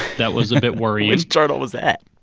that was a bit worrying which journal was that?